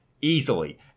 easily